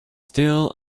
still